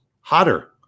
hotter